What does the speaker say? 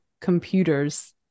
computers